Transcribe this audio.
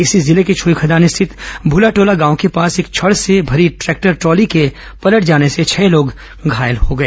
इसी जिले के छुईखदान स्थित भुलाटोला गांव के पास छड़ से मेरी ट्रैक्टर ट्राली के पलट जाने से छह लोग घायल हो गए